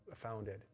founded